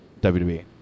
WWE